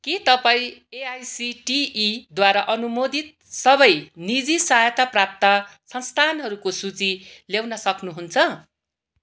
के तपाईँ एआइसिटिईद्वारा अनुमोदित सबै निजी सहायता प्राप्त संस्थानहरूको सूची ल्याउन सक्नुहुन्छ